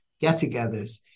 get-togethers